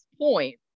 point